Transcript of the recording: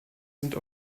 sind